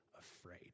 afraid